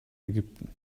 ägypten